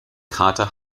kater